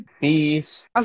Peace